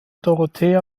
dorothea